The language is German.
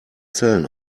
zellen